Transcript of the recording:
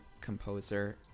composer